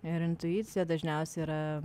ir intuicija dažniausiai yra